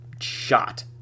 shot